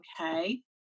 okay